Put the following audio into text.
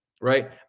Right